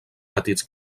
petits